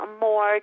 more